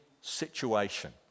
situation